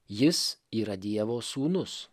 jis yra dievo sūnus